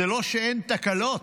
זה לא שאין תקלות,